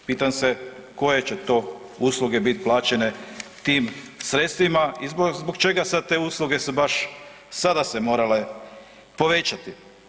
Pitam se koje će to usluge biti plaćene tim sredstvima i zbog čega sad te usluge se baš sada se morale povećati.